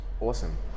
awesome